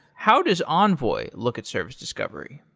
how does envoy look at service discovery?